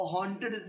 Haunted